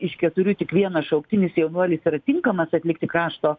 iš keturių tik vienas šauktinis jaunuolis yra tinkamas atlikti krašto